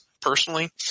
personally